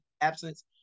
absence